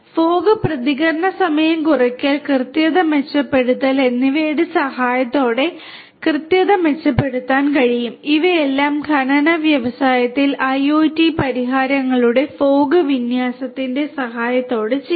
fog പ്രതികരണ സമയം കുറയ്ക്കൽ കൃത്യത മെച്ചപ്പെടുത്തൽ എന്നിവയുടെ സഹായത്തോടെ കൃത്യത മെച്ചപ്പെടുത്താൻ കഴിയും ഇവയെല്ലാം ഖനന വ്യവസായത്തിൽ ഐഒടി പരിഹാരങ്ങളുടെ ഫോഗ് വിന്യാസത്തിന്റെ സഹായത്തോടെ ചെയ്യാം